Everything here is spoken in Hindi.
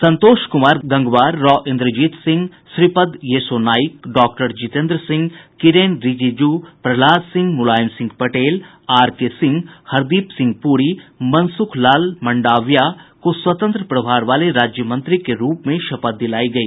संतोष कुमार गंगवार राव इन्द्रजीत सिंह श्रीपद यसो नाईक डॉ जितेन्द्र सिंह किरेन रिजिजू प्रहलाद सिंह मुलायम सिंह पटेल आरके सिंह हरदीप सिंह पुरी मनसुख लाला मंडाविया को स्वतंत्र प्रभार वाले राज्य मंत्री के रूप में शपथ दिलाई गई